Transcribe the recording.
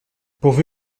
pourvu